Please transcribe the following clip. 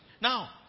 Now